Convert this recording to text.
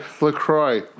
lacroix